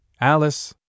Alice